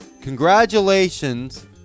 congratulations